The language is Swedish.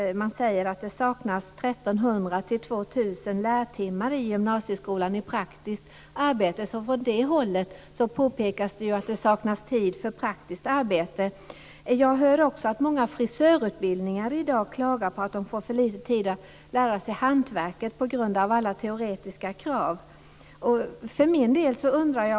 Man säger att det saknas 1 300 Från det hållet påpekas alltså att det saknas tid för praktiskt arbete. På många frisörutbildningar klagas det i dag över att eleverna får för lite tid till att lära sig hantverket på grund av alla krav på teorikunskaper.